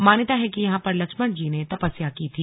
मान्यता है कि यहां पर लक्षमण जी ने तपस्या की थी